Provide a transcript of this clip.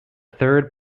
third